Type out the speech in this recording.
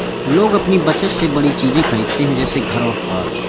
लोग अपनी बचत से बड़ी चीज़े खरीदते है जैसे घर और कार